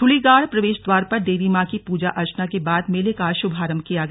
दुली गाड़ प्रवेश द्वार पर देवी मां की पूजा अर्चना के बाद मेले का शुभारंभ किया गया